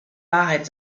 wahrheit